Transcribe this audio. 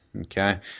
Okay